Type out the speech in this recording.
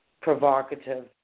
provocative